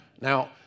Now